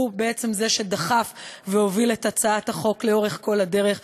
הוא בעצם זה שדחף והוביל את הצעת החוק לאורך כל הדרך,